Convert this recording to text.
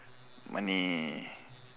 money